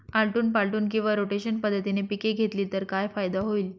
आलटून पालटून किंवा रोटेशन पद्धतीने पिके घेतली तर काय फायदा होईल?